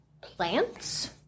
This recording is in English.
plants